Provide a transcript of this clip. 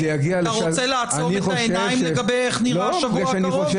אתה רוצה לעצום את העיניים לגבי איך נראה השבוע הקרוב?